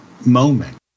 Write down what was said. moment